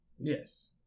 Yes